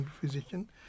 physician